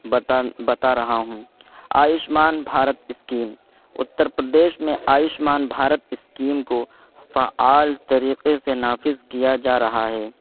بتا بتا رہا ہوں آیوشمان بھارت اسکیم اتر پردیش میں آیوشمان بھارت اسکیم کو فعال طریقے سے نافذ کیا جا رہا ہے